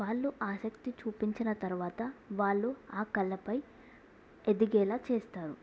వాళ్ళు ఆసక్తి చూపించిన తర్వాత వాళ్ళు ఆ కళపై ఎదిగేలా చేస్తారు